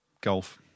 Golf